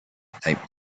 taped